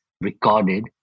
recorded